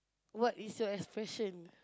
what is your expression